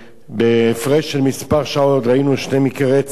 בהפרש של כמה שעות ראינו שני מקרי רצח,